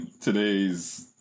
today's